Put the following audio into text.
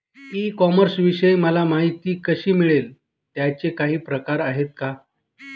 E कॉमर्सविषयी मला माहिती कशी मिळेल? त्याचे काही प्रकार आहेत का?